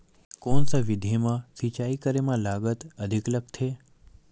कोन सा विधि म सिंचाई करे म लागत अधिक लगथे?